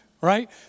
Right